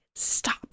stop